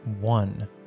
one